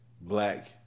black